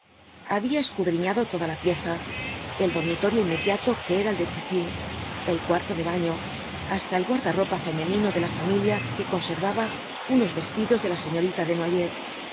había escudriñado toda la pieza el dormitorio inmediato que era el de chichi el cuarto de baño hasta el guardarropa femenino de la familia que conservaba unos vestidos de la señorita desnoyers las